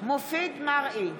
מופיד מרעי,